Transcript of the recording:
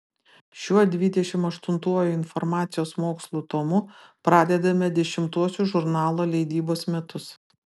šiuo dvidešimt aštuntuoju informacijos mokslų tomu pradedame dešimtuosius žurnalo leidybos metus